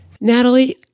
Natalie